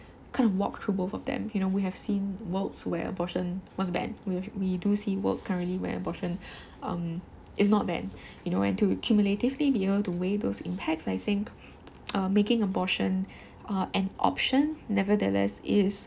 kind of walked through both of them you know we have seen worlds where abortion was banned we have we do see worlds currently where abortion um is not banned you know and to cumulatively be able to weigh those impacts I think uh making abortion uh an option nevertheless is